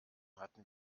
hatten